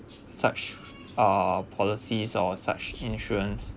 such uh policies or such insurance